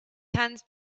hands